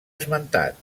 esmentat